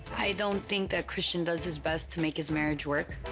i don't think that christian does his best to make his marriage work.